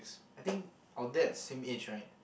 I think of that same age right